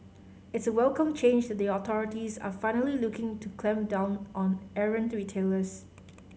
it's a welcome change that the authorities are finally looking to clamp down on errant retailers